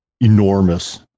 enormous